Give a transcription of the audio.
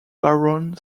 baron